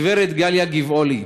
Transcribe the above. הגב' גליה גבעולי.